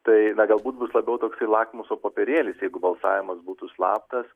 tai galbūt bus labiau toksai lakmuso popierėlis jeigu balsavimas būtų slaptas